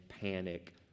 panic